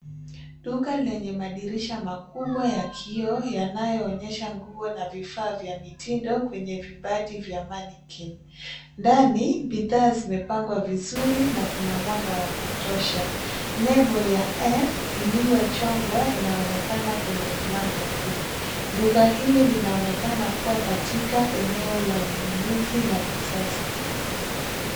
Duka lenye madirisha makubwa ya kioo, yanayo onyesha nguo na vifaa vya mitindo kwenye bipadi vya manequin . Ndani bidhaa zimepangwa vizuri na kuna mwanga wa kutosha. Nembo ya f iliyochongwa inaonekana kwenye mlango. Duka hili linaonekana kuwa katika eneo la ununuzi la kisasa.